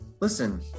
Listen